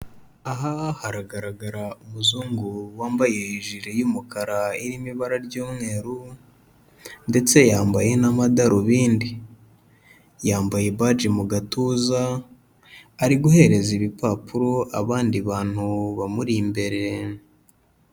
Aha haragaragara umuzungu wambaye ijiri y'umukara irimo ibara ry'umweru ndetse yambaye n'amadarubindi. Yambaye baje mu gatuza, ari guhereza ibipapuro abandi bantu bamuri imbere.